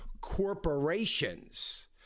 corporations